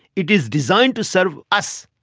it is designed to sort of us,